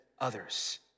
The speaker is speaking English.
others